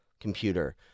computer